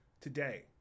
today